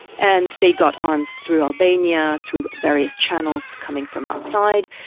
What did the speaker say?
and they got arms through albania, through various channels coming from outside,